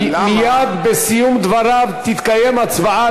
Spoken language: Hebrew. מייד בסיום דבריו תתקיים הצבעה,